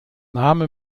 name